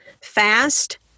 fast